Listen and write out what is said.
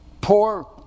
Poor